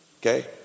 Okay